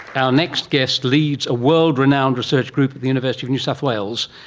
our next guest leads a world-renowned research group at the university of new south wales,